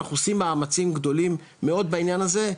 אנחנו עושים מאמצים גדולים מאוד בעניין הזה,